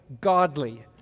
godly